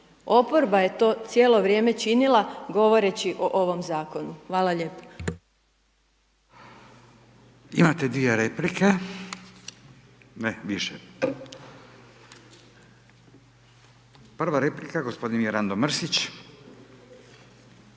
oporba je to cijelo vrijeme činila govoreći o ovom Zakonu. Hvala lijepo. **Radin, Furio (Nezavisni)** Imate dvije replike, ne više. Prva replika gospodin Mirando Mrsić.